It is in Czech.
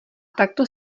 takto